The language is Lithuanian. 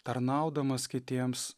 tarnaudamas kitiems